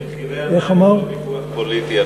מחירי המים הם לא ויכוח פוליטי,